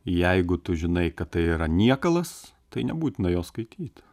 jeigu tu žinai kad tai yra niekalas tai nebūtina jo skaityt